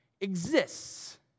exists